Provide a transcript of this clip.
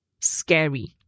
scary